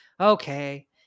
okay